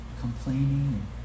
complaining